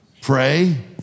Pray